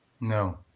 No